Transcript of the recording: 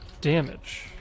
damage